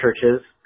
churches